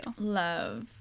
Love